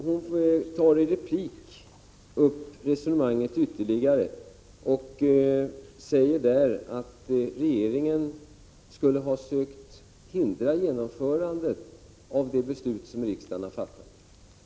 Hon tar i en replik upp resonemanget ytterligare, och hon säger där att regeringen skulle ha sökt hindra genomförandet av de beslut som riksdagen har fattat.